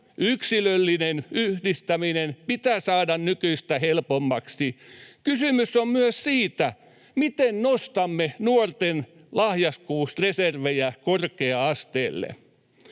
yksilöllinen yhdistäminen pitää saada nykyistä helpommaksi. Kysymys on myös siitä, miten nostamme nuorten lahjakkuusreservejä korkea-asteelle.